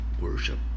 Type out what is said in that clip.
worship